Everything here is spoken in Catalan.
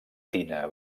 tina